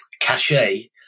cachet